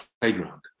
playground